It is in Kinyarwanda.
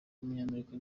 w’umunyamerika